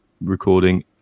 recording